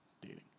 dating